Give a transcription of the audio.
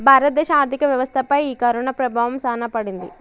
భారత దేశ ఆర్థిక వ్యవస్థ పై ఈ కరోనా ప్రభావం సాన పడింది